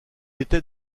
était